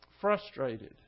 frustrated